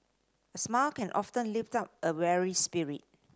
a smile can often lift up a weary spirit